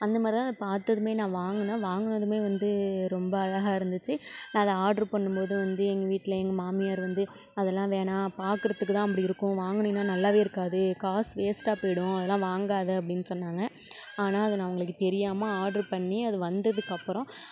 அந்த மாரி தான் அதை பார்த்ததுமே நான் வாங்குனேன் வாங்குனதுமே வந்து ரொம்ப அழகாக இருந்துச்சு நான் அதை ஆர்டர் பண்ணும் போது வந்து எங்கள் வீட்டில் எங்கள் மாமியார் வந்து அதெல்லாம் வேணாம் பார்க்குறதுக்கு தான் அப்படி இருக்கும் வாங்குனினா நல்லாவே இருக்காது காசு வேஸ்ட்டாக போய்டும் அதெல்லாம் வாங்காத அப்படின்னு சொன்னாங்க ஆனால் அதை நான் அவங்களுக்கு தெரியாமல் ஆர்டர் பண்ணி அது வந்ததுக்கு அப்புறம்